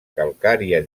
calcària